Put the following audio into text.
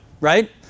right